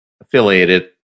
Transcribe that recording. affiliated